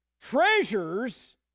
treasures